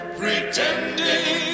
pretending